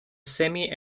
semi